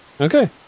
Okay